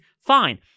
fine